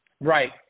Right